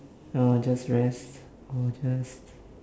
ah just rest or just